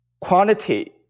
quantity